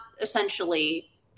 essentially